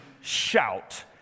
shout